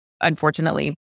unfortunately